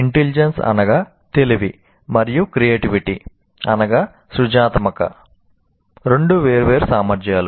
intelligence అనగా సృజనాత్మకత రెండు వేర్వేరు సామర్ధ్యాలు